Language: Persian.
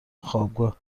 خوابگاه